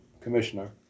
commissioner